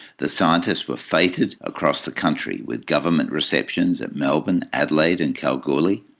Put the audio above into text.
the scientists were feted across the country, with government receptions at melbourne, adelaide and kalgoorlie.